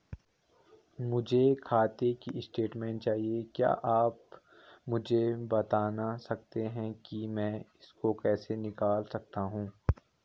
मुझे खाते की स्टेटमेंट चाहिए क्या आप मुझे बताना सकते हैं कि मैं इसको कैसे निकाल सकता हूँ?